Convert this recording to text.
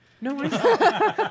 No